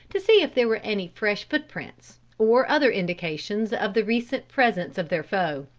to see if there were any fresh foot prints, or other indications of the recent presence of their foe.